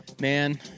Man